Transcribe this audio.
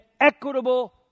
equitable